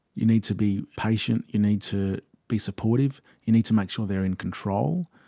you need to be patient, you need to be supportive, you need to make sure they are in control.